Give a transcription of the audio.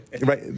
right